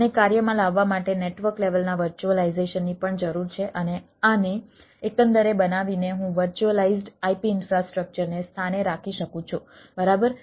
મને કાર્યમાં લાવવા માટે નેટવર્ક લેવલના વર્ચ્યુઅલાઈઝેશનની પણ જરૂર છે અને આને એકંદરે બનાવીને હું વર્ચ્યુઅલાઈઝ્ડ IP ઈન્ફ્રાસ્ટ્રક્ચરને સ્થાને રાખી શકું છું બરાબર